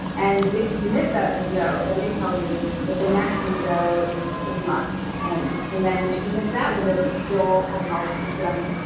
and if you miss that window, then they tell you that the next window is three months. and and then if you miss that window, if you're still having all these symptoms,